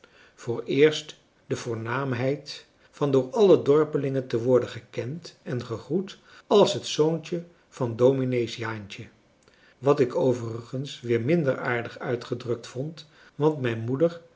vooreerst de voornaamheid van door alle dorpelingen te worden gekend en gegroet als het zoontje van dominee's jaantje wat ik overigens weer minder aardig uitgedrukt vond want mijn moeder